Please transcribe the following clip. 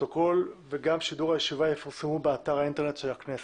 והפרוטוקול וגם שידור הישיבה יפורסמו באתר האינטרנט של הכנסת.